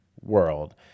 world